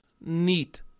neat